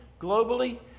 globally